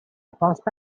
posta